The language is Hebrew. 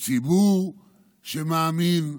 הציבור שמאמין,